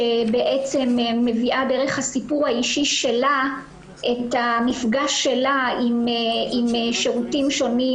שבעצם מביאה דרך הסיפור האישי שלה את המפגש שלה עם שירותים שונים,